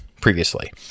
previously